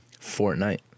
Fortnite